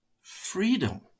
freedom